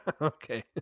okay